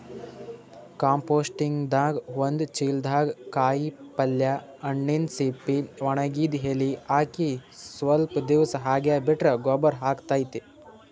ಕಂಪೋಸ್ಟಿಂಗ್ದಾಗ್ ಒಂದ್ ಚಿಲ್ದಾಗ್ ಕಾಯಿಪಲ್ಯ ಹಣ್ಣಿನ್ ಸಿಪ್ಪಿ ವಣಗಿದ್ ಎಲಿ ಹಾಕಿ ಸ್ವಲ್ಪ್ ದಿವ್ಸ್ ಹಂಗೆ ಬಿಟ್ರ್ ಗೊಬ್ಬರ್ ಆತದ್